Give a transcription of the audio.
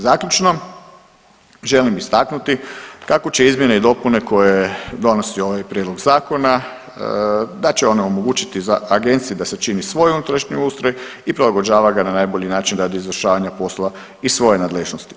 Zaključno želim istaknuti kako će izmjene i dopune koje donosi ovaj prijedlog zakona, da će one omogućiti Agenciji da sačini svoj unutrašnji ustroj i prilagođava ga na najbolji način radi izvršavanja poslova iz svoje nadležnosti.